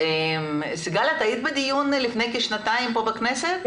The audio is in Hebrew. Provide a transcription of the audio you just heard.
סיגל את היית בדיון לפני כשנתיים פה בכנסת?